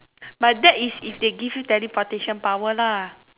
but that is if they give you teleportation power lah